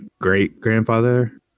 great-grandfather